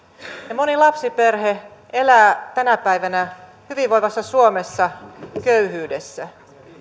moni lapsiperhe elää tänä päivänä hyvinvoivassa suomessa köyhyydessä